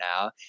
now